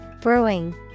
Brewing